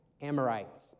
Amorites